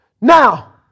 Now